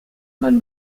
man